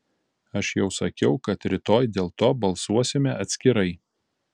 aš jau sakiau kad rytoj dėl to balsuosime atskirai